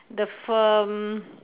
the firm